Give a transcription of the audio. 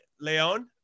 Leon